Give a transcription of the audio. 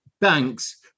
banks